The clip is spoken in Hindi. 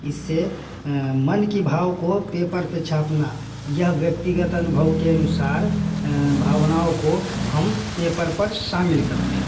इससे मन के भाव को पेपर पर छापना यह व्यक्तिगत अनुभव के अनुसार भावनाओं को हम पेपर पर शामिल करते हैं